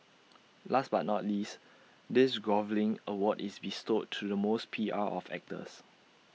last but not least this groveling award is bestowed to the most P R of actors